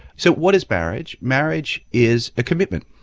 so what is marriage? marriage is a commitment.